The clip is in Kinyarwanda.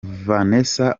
vanessa